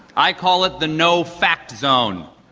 i call it the no fact zone.